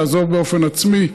לעזוב באופן עצמי.